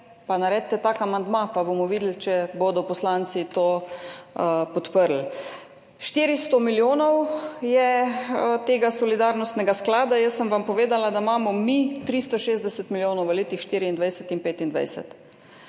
pa naredite tak amandma, pa bomo videli, če bodo poslanci to podprli. 400 milijonov je tega solidarnostnega sklada. Jaz sem vam povedala, da imamo mi 360 milijonov v letih 2024 in 2025.